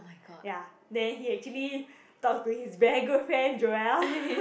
ya then he actually talk to his very good friend Joel